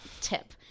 Tip